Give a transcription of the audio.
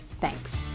Thanks